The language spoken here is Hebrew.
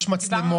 זה לא מתוך עצלות.